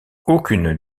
aucune